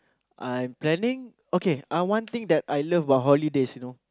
I'm planning okay uh one thing that I love about holidays you know